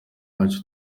yacu